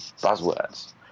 buzzwords